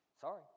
Sorry